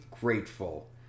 grateful